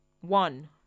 one